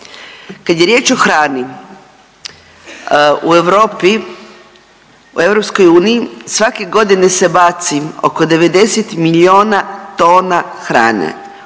Kad je riječ o hrani u Europi, u EU svake godine se baci oko 90 milijuna tona hrane.